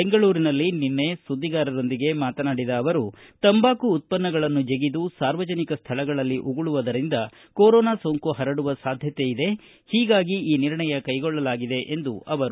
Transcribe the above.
ಬೆಂಗಳೂರಿನಲ್ಲಿ ನಿನ್ನೆ ಸುದ್ದಿಗಾರರೊಂದಿಗೆ ಮಾತನಾಡಿದ ಅವರು ತಂಬಾಕು ಉತ್ತನ್ನಗಳನ್ನು ಜಗಿದು ಸಾರ್ವಜನಿಕ ಸ್ಟಳಗಳಲ್ಲಿ ಉಗುಳುವುದರಿಂದ ಕೊರೋನಾ ಸೋಂಕು ಪರಡುವ ಸಾಧ್ಯತೆ ಇರುವುದರಿಂದ ಈ ನಿರ್ಣಯ ಕೈಗೊಳ್ಳಲಾಗಿದೆ ಎಂದರು